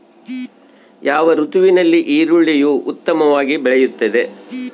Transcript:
ಯಾವ ಋತುವಿನಲ್ಲಿ ಈರುಳ್ಳಿಯು ಉತ್ತಮವಾಗಿ ಬೆಳೆಯುತ್ತದೆ?